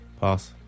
Pass